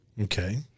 Okay